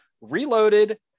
Reloaded